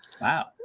wow